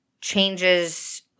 changes